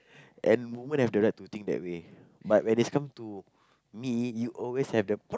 and women have the right to think that way but when is come to me you always have the